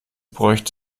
bräuchte